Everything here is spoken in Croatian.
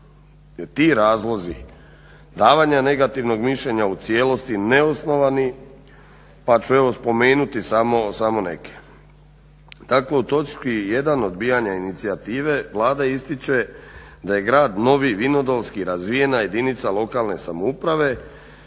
ti razlozi davanja negativnog mišljenja u cijelosti neosnovani pa ću evo spomenuti samo neke. Dakle u točki 1 odbijanja inicijative Vlada ističe da je grad Novi Vinodolski razvijena jedinica lokalne samouprave